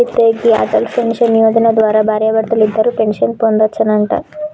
అయితే గీ అటల్ పెన్షన్ యోజన ద్వారా భార్యాభర్తలిద్దరూ పెన్షన్ పొందొచ్చునంట